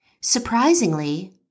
Surprisingly